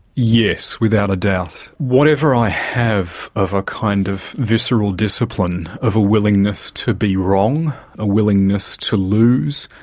yes, without a doubt. whatever i have of a kind of visceral discipline, of a willingness to be wrong, a willingness to lose,